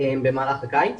במהלך הקיץ.